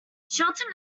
shelton